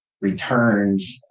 returns